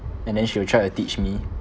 and then she will try to teach me